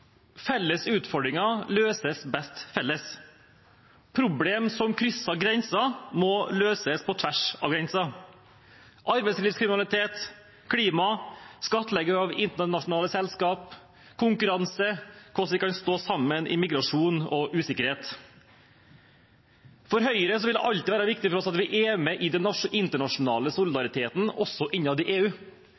Felles utfordringer løses best felles. Problemer som krysser grenser, må løses på tvers av grenser, som arbeidslivskriminalitet, klima, skattlegging av internasjonale selskaper, konkurranse og hvordan vi kan stå sammen ved migrasjon og usikkerhet. For Høyre vil det alltid være viktig at vi er med i den internasjonale solidariteten, også innad i EU.